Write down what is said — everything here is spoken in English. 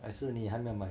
还是你还没有买